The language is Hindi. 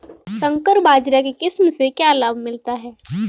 संकर बाजरा की किस्म से क्या लाभ मिलता है?